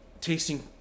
tasting